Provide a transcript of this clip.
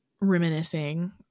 reminiscing